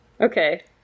Okay